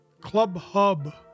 ClubHub